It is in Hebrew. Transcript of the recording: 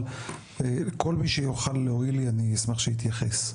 אבל כל מי שיוכל להועיל לי אני אשמח שיתייחס.